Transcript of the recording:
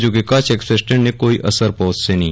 જો કે કચ્છ એક્સપ્રેસ દ્રેનને કોઈ જ અસર પહોંચશે નહી